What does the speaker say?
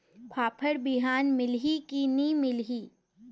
फाफण बिहान मिलही की नी मिलही?